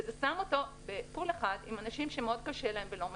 וזה שם אותו בפול אחד עם אנשים שמאוד קשה להם ולא מצליחים,